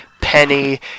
Penny